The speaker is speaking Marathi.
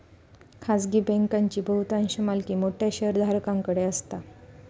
खाजगी बँकांची बहुतांश मालकी मोठ्या शेयरधारकांकडे असता